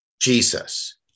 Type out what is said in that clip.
Jesus